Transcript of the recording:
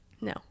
No